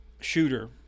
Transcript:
shooter